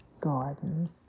garden